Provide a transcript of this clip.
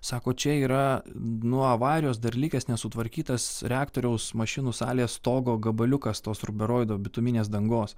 sako čia yra nuo avarijos dar likęs nesutvarkytas reaktoriaus mašinų salės stogo gabaliukas tos ruberoido bituminės dangos